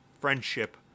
friendship